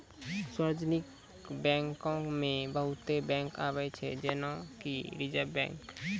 सार्वजानिक बैंको मे बहुते बैंक आबै छै जेना कि रिजर्व बैंक